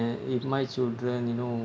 and if my children you know